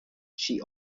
she